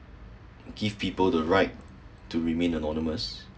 give people the right to remain anonymous